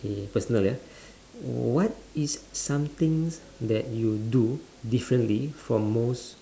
K personal ya what is something that you do differently from most